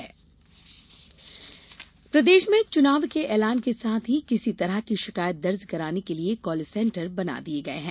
call centre प्रदेष में चुनाव के ऐलान के साथ ही किसी तरह की षिकायत दर्ज कराने के लिये कॉल सेंटर बना दिये गये हैं